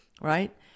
right